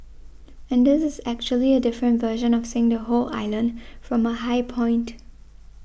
and this is actually a different version of seeing the whole island from a high point